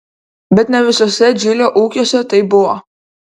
bet ne visuose džilio ūkiuose taip buvo